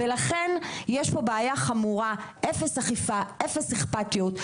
לכן יש פה בעיה חמורה, אפס אכיפה, אפס אכפתיות.